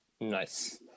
Nice